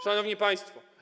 Szanowni Państwo!